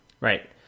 right